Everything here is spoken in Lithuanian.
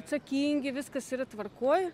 atsakingi viskas yra tvarkoj